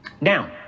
Now